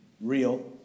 real